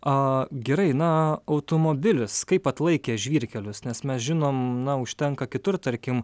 a gerai na automobilis kaip atlaikė žvyrkelius nes mes žinom na užtenka kitur tarkim